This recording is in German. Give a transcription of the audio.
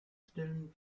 stellen